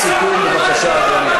אני לא רוצה להוציא אנשים.